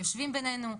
יושבים בינינו,